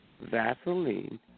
Vaseline